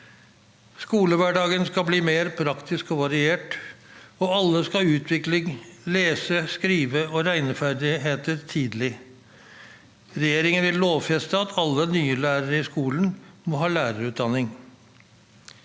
Skolehverdagen skal bli mer praktisk og variert, og alle skal utvikle lese-, skrive- og regneferdigheter tidlig. Regjeringen vil lovfeste at alle nye lærere i skolen må ha lærerutdanning.